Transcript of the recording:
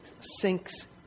sinks